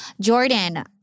Jordan